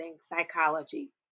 psychology